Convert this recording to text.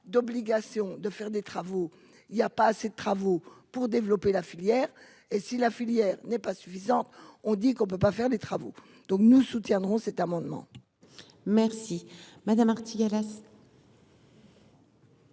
d'obligation de faire des travaux, il y a pas assez de travaux pour développer la filière et si la filière n'est pas suffisant, on dit qu'on ne peut pas faire des travaux, donc nous soutiendrons cet amendement. Merci madame Artigalas.